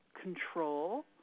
control